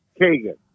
Kagan